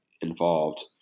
involved